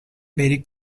very